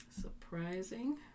Surprising